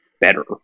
better